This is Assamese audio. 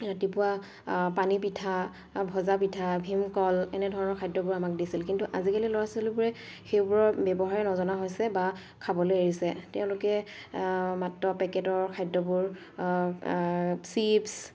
ৰাতিপুৱা পানী পিঠা ভজা পিঠা ভীমকল এনেধৰণৰ খাদ্যবোৰ আমাক দিছিল কিন্তু আজিকালি ল'ৰা ছোৱালীবোৰে সেইবোৰৰ ব্যৱহাৰে নজনা হৈছে বা খাবলৈ এৰিছে তেওঁলোকে মাত্ৰ পেকেটৰ খাদ্যবোৰ চিপচ